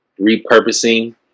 repurposing